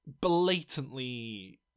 blatantly